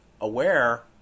Aware